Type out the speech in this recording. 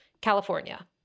California